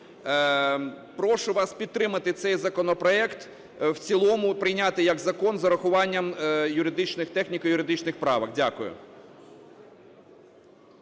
Прошу вас підтримати цей законопроект в цілому, прийняти його як закон з урахуванням юридичних, техніко-юридичних правок. Дякую.